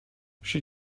she